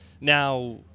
now